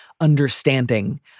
understanding